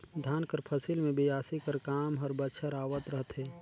धान कर फसिल मे बियासी कर काम हर बछर आवत रहथे